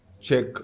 check